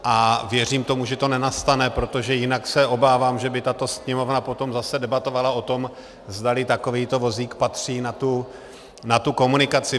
A věřím tomu, že to nenastane, protože jinak se obávám, že by tato Sněmovna potom zase debatovala o tom, zdali takovýto vozík patří na tu komunikaci.